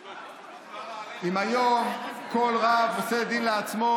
אם היום כל רב עושה דין לעצמו,